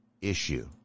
issue